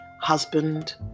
husband